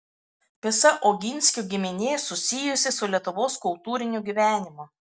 visa oginskių giminė susijusi su lietuvos kultūriniu gyvenimu